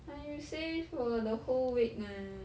ai~ you save for the whole week eh